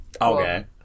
Okay